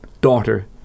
daughter